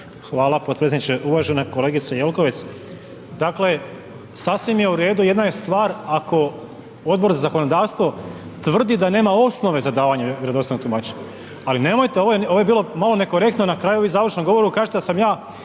Hvala potpredsjedniče. Uvažena kolegice Jelkovac, dakle sasvim je u redu, jedna je stvar ako Odbor za zakonodavstvo tvrdi da nema osnove za davanje vjerodostojnog tumačenja. Ali nemojte, ovo je bilo malo nekorektno na kraju vi u završnom govoru kažete da sam ja